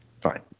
Fine